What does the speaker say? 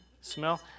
Smell